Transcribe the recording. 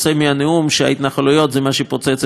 שההתנחלויות הן מה שפוצץ את המשא-ומתן.